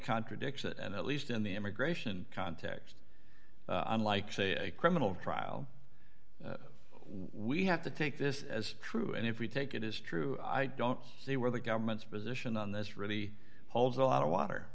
contradicts it and at least in the immigration context unlike say a criminal trial we have to take this as true and if we take it as true i don't see where the government's position on this really holds a lot of water